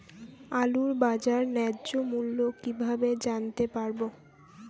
আলুর বাজার ন্যায্য মূল্য কিভাবে জানতে পারবো?